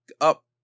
up